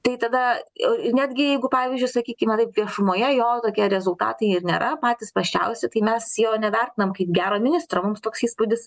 tai tada netgi jeigu pavyzdžiui sakykime taip viešumoje jo tokie rezultatai ir nėra patys prasčiausi tai mes jo nevertinam kaip gero ministro mums toks įspūdis